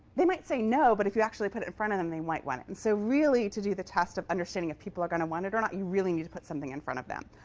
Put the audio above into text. they might say no, but if you actually put it in front of them, they might want it. and so really, to do the test of understanding if people are going to want it or not, you really need to put something in front of them.